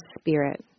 Spirit